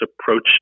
approach